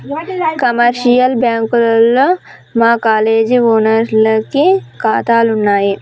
commercial బ్యాంకుల్లో మా college ఓనర్లకి కాతాలున్నయి